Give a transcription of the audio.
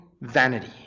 vanity